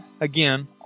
again